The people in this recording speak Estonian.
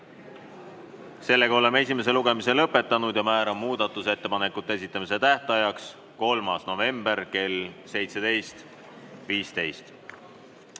toetust. Oleme esimese lugemise lõpetanud ja määran muudatusettepanekute esitamise tähtajaks 3. novembri kell 17.15.